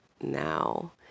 now